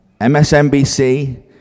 MSNBC